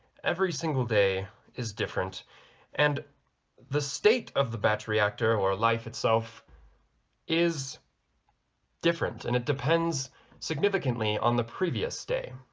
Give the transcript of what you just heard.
every single day is different and the state of the batch reactor or life itself is different and it depends significantly on the previous day